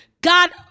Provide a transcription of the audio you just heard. God